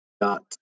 dot